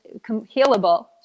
healable